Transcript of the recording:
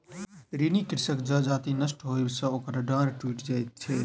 ऋणी कृषकक जजति नष्ट होयबा सॅ ओकर डाँड़ टुइट जाइत छै